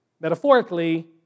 metaphorically